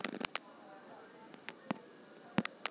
राष्ट्रीय कृषि बजार के विभिन्न क्षेत्र में कार्यान्वित कयल गेल